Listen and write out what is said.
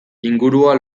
ingurua